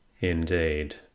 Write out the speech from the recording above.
Indeed